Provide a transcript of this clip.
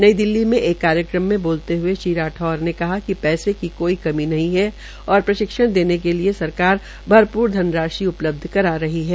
नई दिल्ली में एक कार्यक्रम में बोलत हए श्री राठौर ने कहा कि पैसे की कोई कमी नहीं है और प्रशिक्षण देने के लिए सरकार भरपूर धन राशि उपलब्ध करा रही है